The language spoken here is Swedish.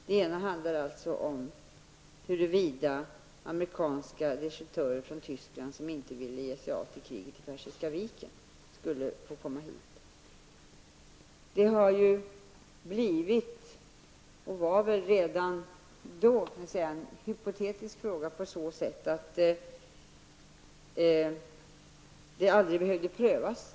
Den ena handlar om huruvida amerikanska desertörer från Tyskland, som inte ville ge sig av till kriget i Persiska viken, skulle få komma hit. Det har blivit och var väl redan då en hypotetisk fråga på så sätt att den aldrig behövde prövas.